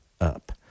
up